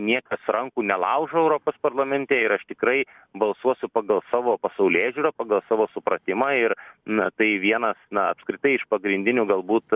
niekas rankų nelaužo europos parlamente ir aš tikrai balsuosiu pagal savo pasaulėžiūrą pagal savo supratimą ir na tai vienas na apskritai iš pagrindinių galbūt